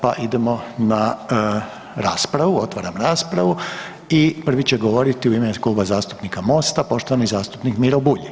Pa idemo na raspravu, otvaram raspravu i prvi će govoriti u ime Kluba zastupnika Mosta poštovani zastupnik Miro Bulj.